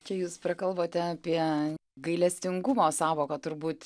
čia jūs prakalbote apie gailestingumo sąvoką turbūt